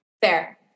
Fair